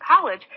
college